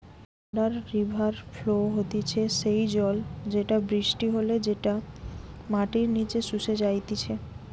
under river flow হতিছে সেই জল যেটা বৃষ্টি হলে যেটা মাটির নিচে শুষে যাইতিছে